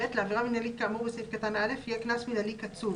(ב)לעבירה מינהלית כאמור בסעיף קטן (א) יהיה קנס מינהלי קצוב,